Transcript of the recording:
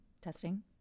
Testing